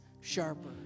sharper